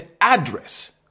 address